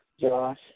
Josh